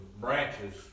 branches